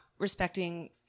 respecting